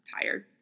tired